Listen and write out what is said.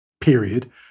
period